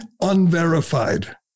unverified